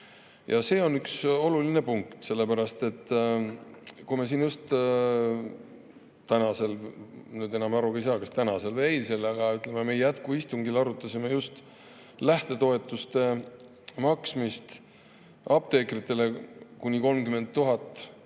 See on üks oluline punkt, sellepärast et kui me siin tänasel – nüüd enam aru ei saa, kas tänasel või eilsel –, ütleme, meie jätkuistungil arutasime lähtetoetuste maksmist apteekritele, kuni 30